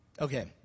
Okay